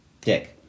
Dick